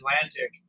Atlantic